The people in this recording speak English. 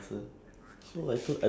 uh ya that's why